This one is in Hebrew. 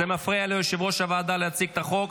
זה מפריע ליושב-ראש הוועדה להציג את החוק.